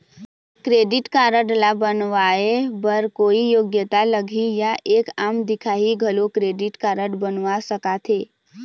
Credit card ला बनवाए बर कोई योग्यता लगही या एक आम दिखाही घलो क्रेडिट कारड बनवा सका थे?